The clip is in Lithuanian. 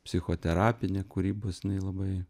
psichoterapinė kūrybos jinai labai